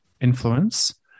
influence